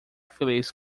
feliz